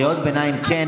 קריאות ביניים כן,